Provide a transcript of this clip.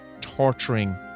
torturing